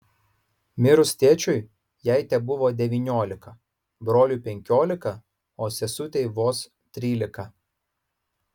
mirus tėčiui jai tebuvo devyniolika broliui penkiolika o sesutei vos trylika